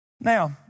Now